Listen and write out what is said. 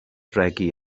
regi